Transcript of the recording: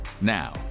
Now